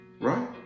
Right